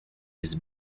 his